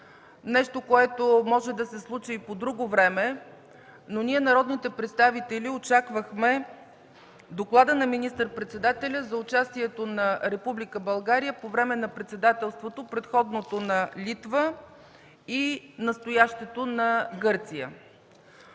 нещо, което може да се случи и по друго време, но ние, народните представители, очаквахме Доклада на министър-председателя за участието на Република България по време на председателството: предходното – на Литва, и настоящото – на Гърция.